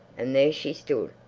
and there she stood,